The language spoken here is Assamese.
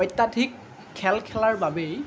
অত্যাধিক খেল খেলাৰ বাবেই